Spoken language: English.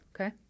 Okay